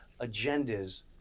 agendas